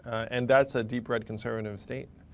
and that's a deep red conservative state.